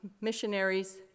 missionaries